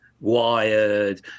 Wired